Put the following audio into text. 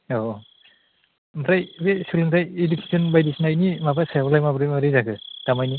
औ औ आमफ्राय बे सोलोंथाइ इडुकेसन बायदिसिनानि माबा बेनि सायावलाय माब्रै माब्रै जाखो दामानि